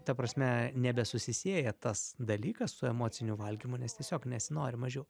ta prasme nebe susisieja tas dalykas su emociniu valgymu nes tiesiog nesinori mažiau